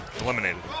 Eliminated